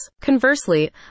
Conversely